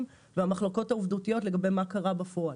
והמחלוקות העובדתיות לגבי מה קרה בפועל.